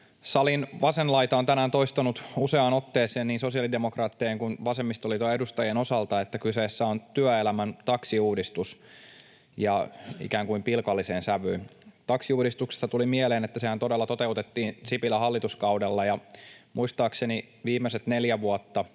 Salin vasen laita niin sosiaalidemokraattien kun vasemmistoliiton edustajien osalta on tänään toistanut useaan otteeseen, että kyseessä on työelämän taksiuudistus, ja ikään kuin pilkalliseen sävyyn. Taksiuudistuksesta tuli mieleen, että sehän todella toteutettiin Sipilän hallituskaudella, ja muistaakseni viimeiset neljä vuotta